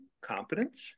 competence